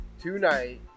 tonight